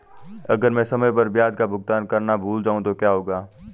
अगर मैं समय पर ब्याज का भुगतान करना भूल जाऊं तो क्या होगा?